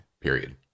period